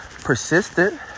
persistent